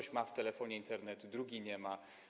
Jeden ma w telefonie Internet, drugi nie ma.